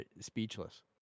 speechless